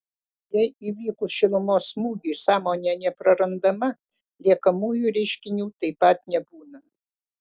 jei įvykus šilumos smūgiui sąmonė neprarandama liekamųjų reiškinių taip pat nebūna